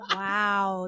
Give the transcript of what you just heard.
wow